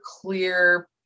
clear